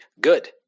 good